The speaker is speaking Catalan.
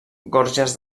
gorges